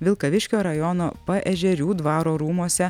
vilkaviškio rajono paežerių dvaro rūmuose